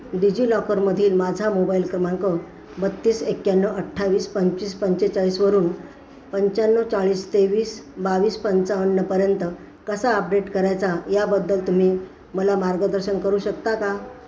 digi लॉकरमधील माझा mobile क्रमांक बत्तीस एक्याण्णव अठ्ठावीस पंचवीस पंचेचाळीसवरून पंच्याण्णव चाळीस तेवीस बावीस पंचावन्नपर्यंत कसा अपडेट करायचा याबद्दल तुम्ही मला मार्गदर्शन करू शकता का